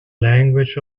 language